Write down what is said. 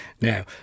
Now